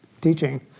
teaching